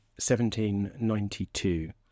1792